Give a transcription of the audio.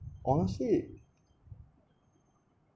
honestly